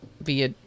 via